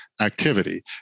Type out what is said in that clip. activity